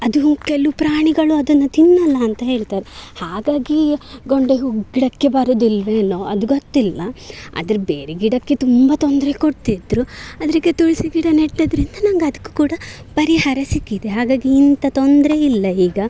ಅದು ಕೆಲವು ಪ್ರಾಣಿಗಳು ಅದನ್ನು ತಿನ್ನಲ್ಲ ಅಂತ ಹೇಳ್ತಾರೆ ಹಾಗಾಗಿ ಗೊಂಡೆ ಹೂವು ಗಿಡಕ್ಕೆ ಬರುವುದಿಲ್ವೇನೋ ಅದು ಗೊತ್ತಿಲ್ಲ ಆದರೆ ಬೇರೆ ಗಿಡಕ್ಕೆ ತುಂಬ ತೊಂದರೆ ಕೊಡ್ತಿದ್ದರು ಆದರೆ ಈಗ ತುಳಸಿ ಗಿಡ ನೆಟ್ಟಿದ್ರಿಂದ ನಂಗೆ ಅದಕ್ಕೂ ಕೂಡ ಪರಿಹಾರ ಸಿಕ್ಕಿದೆ ಹಾಗಾಗಿ ಎಂಥ ತೊಂದರೆಯಿಲ್ಲ ಈಗ